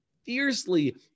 fiercely